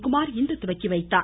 குமார் இன்று துவக்கி வைத்தார்